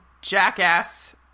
jackass